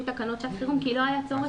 תקנות שעת חירום כי לא היה צורך בזה,